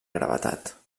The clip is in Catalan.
gravetat